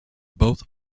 both